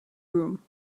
room